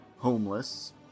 Homeless